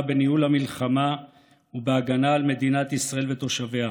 בניהול המלחמה ובהגנה על מדינת ישראל ותושביה.